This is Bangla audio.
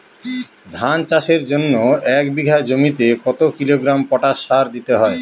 ধান চাষের জন্য এক বিঘা জমিতে কতো কিলোগ্রাম পটাশ সার দিতে হয়?